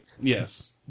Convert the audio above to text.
Yes